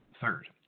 Third